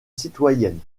citoyennes